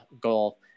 goal